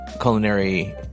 culinary